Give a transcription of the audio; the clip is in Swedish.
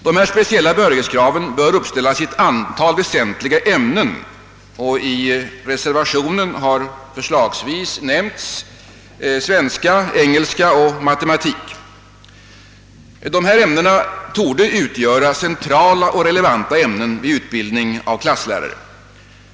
Dessa speciella behörighetskrav bör uppställas i ett antal väsentliga ämnen, och i reservationen har förslagsvis nämnts svenska, engelska och matematik. De ämnena torde vara centrala och relevanta vid utbildning av klasslärare.